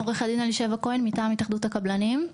עו"ד אלישבע כהן מטעם התאחדות הקבלנים.